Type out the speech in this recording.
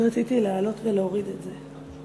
תמיד רציתי להעלות ולהוריד את זה.